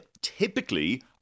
typically